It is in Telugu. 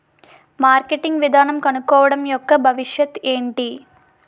మార్కెటింగ్ విధానం కనుక్కోవడం యెక్క భవిష్యత్ ఏంటి?